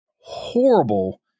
horrible